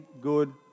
good